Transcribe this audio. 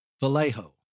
Vallejo